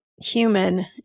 human